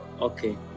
Okay